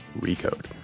RECODE